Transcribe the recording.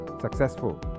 successful